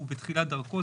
הוא בתחילת דרכו,